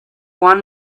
want